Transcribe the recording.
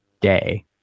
day